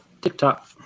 TikTok